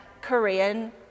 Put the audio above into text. Korean